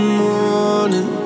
morning